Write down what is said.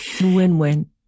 win-win